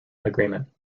agreement